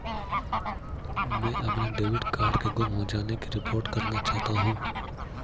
मैं अपने debit card के गुम हो जाने की रिपोर्ट करना चाहता हूँ